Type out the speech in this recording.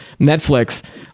Netflix